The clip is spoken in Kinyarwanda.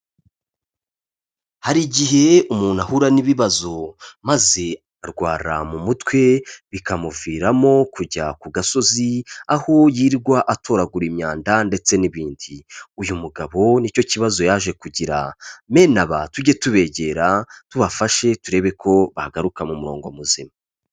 Hari igihe umuntu ahura n'ibibazo maze arwara mu mutwe bikamuviramo kujya ku gasozi, aho yirwa atoragura imyanda ndetse n'ibindi, uyu mugabo ni cyo kibazo yaje kugira, bene aba tujye tubegera tubafashe turebe ko bagaruka mu murongo muzima.